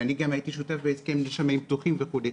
וגם אני הייתי שותף בהסכם לשמים פתוחים וכו'.